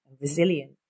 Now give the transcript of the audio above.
resilient